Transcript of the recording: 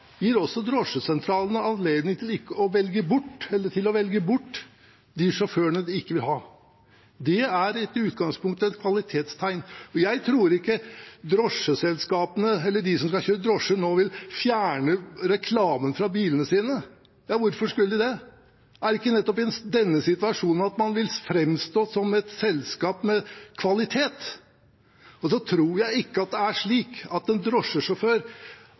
gir også drosjesentralene anledning til å velge bort de sjåførene de ikke vil ha. Det er i utgangspunktet et kvalitetstegn. Jeg tror ikke drosjeselskapene eller de som skal kjøre drosje, nå vil fjerne reklamen fra bilene sine – hvorfor skulle de det? Er det ikke nettopp i denne situasjonen man vil framstå som et selskap med kvalitet? Jeg tror ikke det er slik at en